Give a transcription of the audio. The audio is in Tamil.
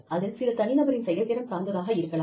அதில் சில தனிநபரின் செயல்திறன் சார்ந்ததாக இருக்கலாம்